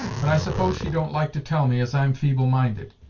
but i suppose she don't like to tell me, as i'm feeble minded.